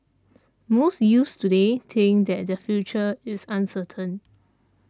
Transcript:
most youths today think that their future is uncertain